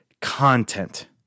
content